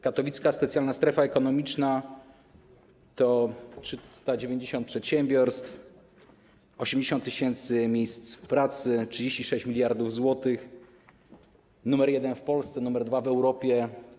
Katowicka Specjalna Strefa Ekonomiczna to 390 przedsiębiorstw, 80 tys. miejsc pracy, 36 mld zł, numer jeden w Polsce, numer dwa w Europie.